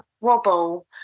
wobble